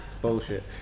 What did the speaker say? bullshit